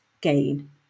gain